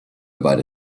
about